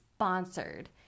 Sponsored